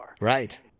right